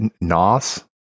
nos